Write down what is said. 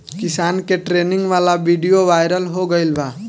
किसान के ट्रेनिंग वाला विडीओ वायरल हो गईल बा